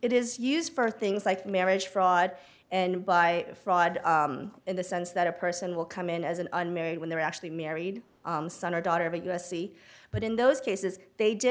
it is used for things like marriage fraud and by fraud in the sense that a person will come in as an unmarried when they're actually married son or daughter of a u s c but in those cases they did